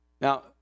Now